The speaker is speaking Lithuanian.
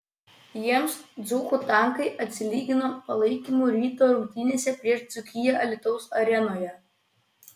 jiems dzūkų tankai atsilygino palaikymu ryto rungtynėse prieš dzūkiją alytaus arenoje